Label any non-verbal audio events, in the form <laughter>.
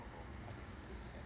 <breath>